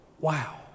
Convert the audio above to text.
Wow